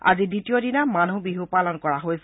আজি দ্বিতীয় দিনা মানহ বিছ পালন কৰা হৈছে